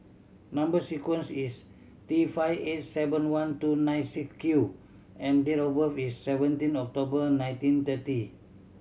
number sequence is T five eight seven one two nine six Q and date of birth is seventeen October nineteen thirty